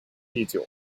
第九